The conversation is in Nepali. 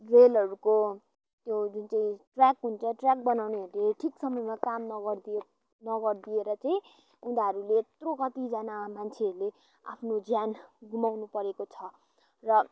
रेलहरूको त्यो जुन चाहिँ ट्र्याक हुन्छ ट्र्याक बनाउनेहरूले ठिक समयमा काम नगरिदिएको नगरिदिएर चाहिँ उनीहरूले यत्रो कतिजना मान्छेहरूले आफ्नो ज्यान गुमाउनु परेको छ र